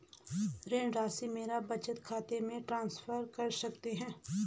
ऋण राशि मेरे बचत खाते में ट्रांसफर कर सकते हैं?